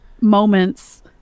moments